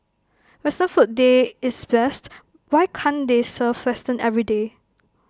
western food day is best why can they serve western everyday